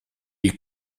est